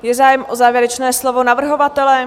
Je zájem o závěrečné slovo navrhovatele?